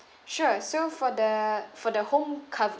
sure so for the for the home cov~